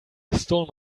stole